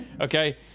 Okay